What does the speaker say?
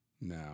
now